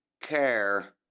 care